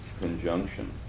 conjunction